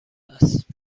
است